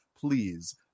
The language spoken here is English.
Please